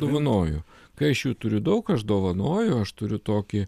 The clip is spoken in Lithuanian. dovanoju kai aš jų turiu daug aš dovanoju aš turiu tokį